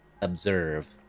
Observe